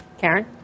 Karen